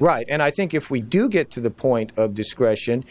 right and i think if we do get to the point of discretion